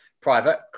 private